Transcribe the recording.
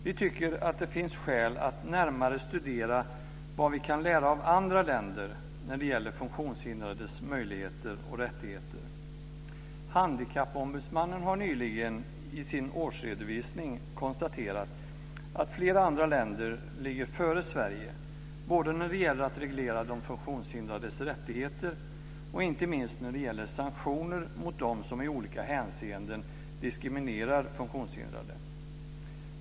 Vi tycker att det finns skäl att närmare studera vad vi kan lära av andra länder när det gäller funktionshindrades möjligheter och rättigheter. Handikappombudsmannen har nyligen i sin årsredovisning konstaterat att flera andra länder ligger före Sverige när det gäller att reglera funktionshindrades rättigheter och inte minst när det gäller sanktioner mot dem som i olika hänseenden diskriminerar funktionshindrade.